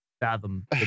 fathom